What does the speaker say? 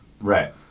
Right